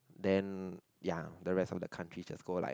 then ya the rest of the countries just go like